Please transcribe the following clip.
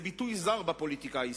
זה ביטוי זר בפוליטיקה הישראלית.